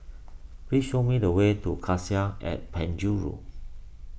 please show me the way to Cassia at Penjuru